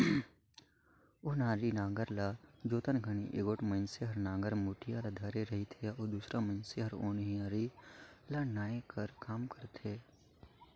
ओनारी नांगर ल जोतत घनी एगोट मइनसे हर नागर मुठिया ल धरे रहथे अउ दूसर मइनसे हर ओन्हारी ल नाए कर काम करथे